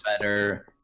better